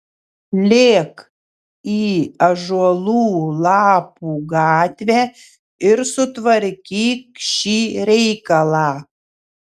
lėk į ąžuolų lapų gatvę ir sutvarkyk šį reikalą